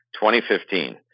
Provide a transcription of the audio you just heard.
2015